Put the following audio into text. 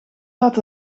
had